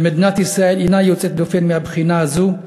ומדינת ישראל אינה יוצאת דופן מהבחינה הזאת,